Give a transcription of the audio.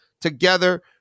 together